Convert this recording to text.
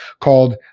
called